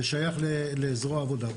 זה שייך לזרוע העבודה.